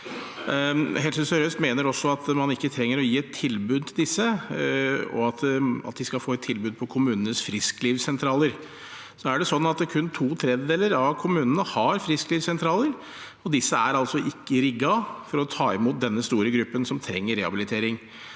Helse sør-øst mener også at man ikke trenger å gi et tilbud til disse, og at de skal få et tilbud på kommunenes frisklivssentraler. Nå er det sånn at kun to tredjedeler av kommunene har frisklivssentraler, og disse er altså ikke rigget for å ta imot denne store gruppen som trenger rehabilitering.